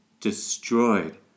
destroyed